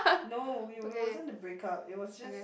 no it it wasn't a breakup it was just